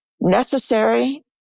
necessary